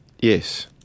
Yes